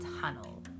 tunnel